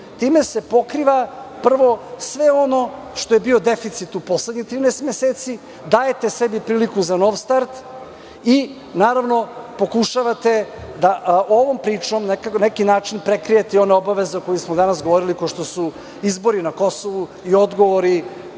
Time se pokriva, prvo sve ono što je bio deficit u poslednjih 13 meseci, dajete sebi priliku za nov start i naravno pokušavate da ovom pričom na neki način prekrijete i one obaveze o kojima smo danas govorili, kao što su izbori na Kosovu i odgovori